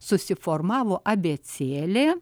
susiformavo abėcėlė